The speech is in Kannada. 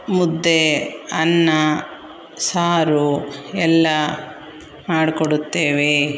ಮುದ್ದೆ ಅನ್ನ ಸಾರು ಎಲ್ಲ ಮಾಡಿಕೊಡುತ್ತೇವೆ